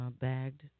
bagged